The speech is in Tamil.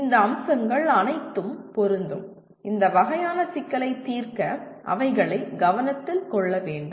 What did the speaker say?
இந்த அம்சங்கள் அனைத்தும் பொருந்தும் இந்த வகையான சிக்கலை தீர்க்க அவைகளை கவனத்தில் கொள்ள வேண்டும்